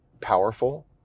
powerful